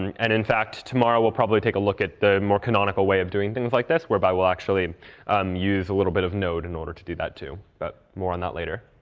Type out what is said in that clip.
and in fact, tomorrow we'll probably take a look at the more canonical way of doing things like this, whereby we'll actually um use a little bit of node in order to do that too. but more on that later.